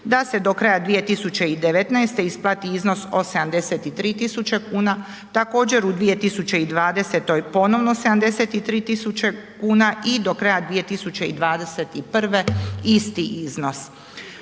da se do kraja 2019. isplati iznos od 73.000 kuna, također u 2020. ponovno 73.000 kuna i do kraja 2021. isti iznos